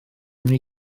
rhy